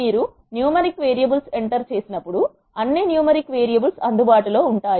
మీరు numeric variables enter చేసినప్పుడు అన్ని న్యూమరిక్ వేరియబుల్స్ అందుబాటులో ఉంటాయి